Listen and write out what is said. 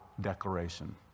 declaration